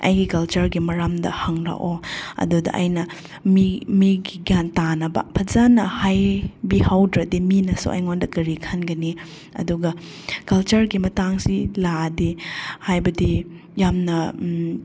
ꯑꯩꯒꯤ ꯀꯜꯆꯔꯒꯤ ꯃꯔꯝꯗ ꯍꯡꯂꯛꯑꯣ ꯑꯗꯨꯗ ꯑꯩꯅ ꯃꯤ ꯃꯤꯒꯤ ꯒ꯭ꯌꯥꯟ ꯇꯥꯅꯕ ꯐꯖꯅ ꯍꯥꯏꯕꯤꯍꯧꯗ꯭ꯔꯗꯤ ꯃꯤꯅꯁꯨ ꯑꯩꯉꯣꯟꯗ ꯀꯔꯤ ꯈꯟꯒꯅꯤ ꯑꯗꯨꯒ ꯀꯜꯆꯔꯒꯤ ꯃꯇꯥꯡꯁꯤ ꯂꯥꯛꯑꯗꯤ ꯍꯥꯏꯕꯗꯤ ꯌꯥꯝꯅ